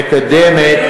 עיקריים שמקדמת,